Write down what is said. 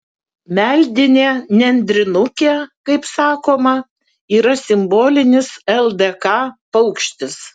meldinė nendrinukė kaip sakoma yra simbolinis ldk paukštis